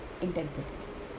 intensities